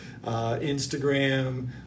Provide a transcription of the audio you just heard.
Instagram